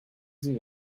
sie